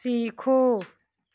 सीखो